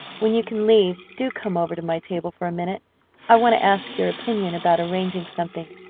when you can leave do come over to my table for a minute i want to ask your opinion about arranging something.